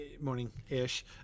morning-ish